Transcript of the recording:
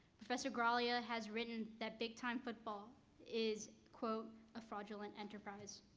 professor graglia has written that big-time football is a fraudulent enterprise.